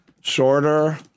shorter